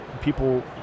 people